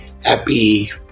Happy